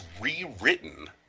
rewritten